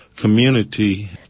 community